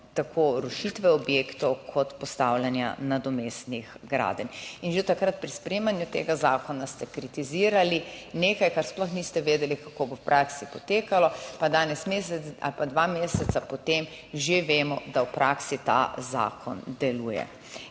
tako rušitve objektov, kot postavljanja nadomestnih gradenj. In že takrat pri sprejemanju tega zakona ste kritizirali nekaj, kar sploh niste vedeli kako bo v praksi potekalo, pa danes mesec ali pa dva meseca po tem že vemo, da v praksi ta zakon deluje